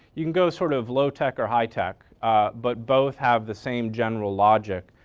you can go sort of low tech or high tech but both have the same general logic.